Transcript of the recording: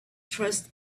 trust